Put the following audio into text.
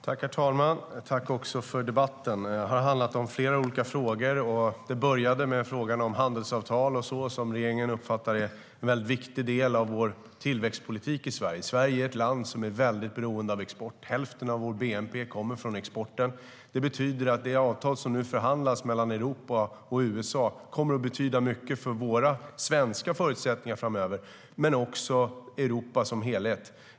Herr talman! Jag tackar för debatten. Den har handlat om flera olika frågor. Det började med frågan om handelsavtal och så, vilket regeringen uppfattar som en viktig del av vår tillväxtpolitik i Sverige. Sverige är ett land som är väldigt beroende av export; hälften av vår bnp kommer från exporten. Det betyder att det avtal som nu förhandlas mellan Europa och USA kommer att betyda mycket inte bara för våra svenska förutsättningar framöver utan också för Europas som helhet.